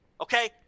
Okay